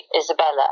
Isabella